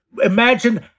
Imagine